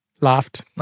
Laughed